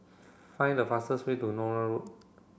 find the fastest way to Nallur Road